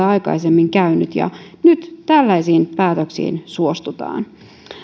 aikaisemmin käynyt mutta nyt tällaisiin päätöksiin suostutaan